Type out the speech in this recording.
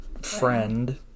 friend